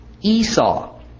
Esau